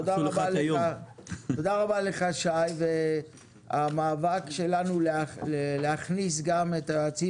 תודה רבה לך שי והמאבק שלנו להכניס גם את היועצים